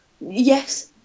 Yes